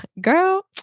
girl